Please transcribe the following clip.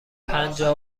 پنجاه